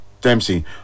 Dempsey